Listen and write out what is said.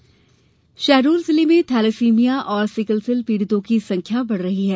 thalassaemia Shahdol जिले में thalassemia और सिकलसेल पीड़ितों की संख्या बढ़ रही है